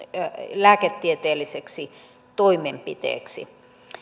lääketieteelliseksi toimenpiteeksi